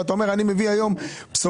ואתה אומר אני מביא היום בשורה,